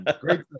great